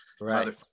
right